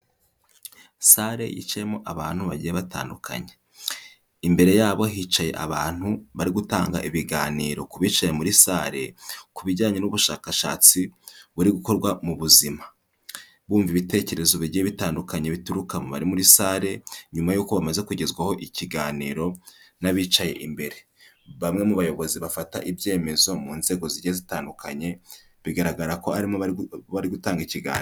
Salé yicyemo abantu bagiye batandukanye. Imbere yabo hicaye abantu bari gutanga ibiganiro ku bicaye muri salle, ku bijyanye n'ubushakashatsi buri gukorwa mu buzima. Bumva ibitekerezo bigiye bitandukanye bituruka muri salle, nyuma y'uko bamaze kugezwaho ikiganiro n'abicaye imbere. Bamwe mu bayobozi bafata ibyemezo mu nzego zi zitandukanye, bigaragara ko aribo barimo gutanga ikiganiro.